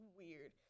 weird